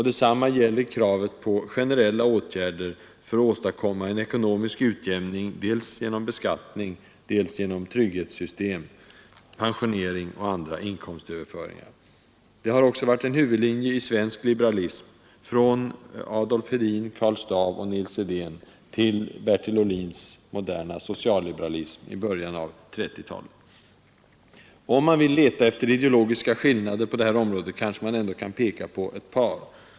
Detsamma gäller kravet på generella åtgärder för att åstadkomma en ekonomisk utjämning dels genom beskattning, dels genom trygghetssystem, pensionering och andra inkomstöverföringar. Det har också varit en huvudlinje i svensk liberalism från Adolf Hedin, Karl Staaff och Nils Edén till Bertil Ohlins moderna socialliberalism som lanserades i början av 1930-talet. Om man vill leta efter ideologiska skillnader kanske man ändå kan peka på ett par.